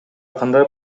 кандай